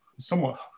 somewhat